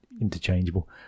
interchangeable